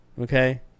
Okay